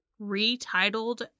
retitled